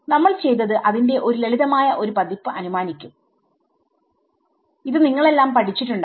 നമ്മൾ ചെയ്തത് അതിന്റെ ഒരു ലളിതമായ ഒരു പതിപ്പ് അനുമാനിക്കും ഇത് നിങ്ങളെല്ലാം പഠിച്ചിട്ടുണ്ടാവും